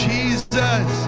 Jesus